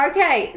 Okay